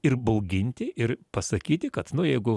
ir bauginti ir pasakyti kad nu jeigu